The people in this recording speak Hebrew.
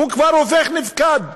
הוא כבר הופך נפקד.